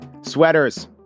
Sweaters